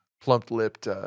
plumped-lipped